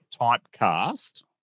typecast